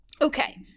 okay